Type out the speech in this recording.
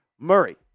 Murray